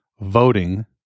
voting